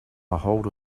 ahold